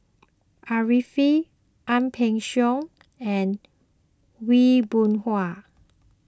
Arifin Ang Peng Siong and Aw Boon Haw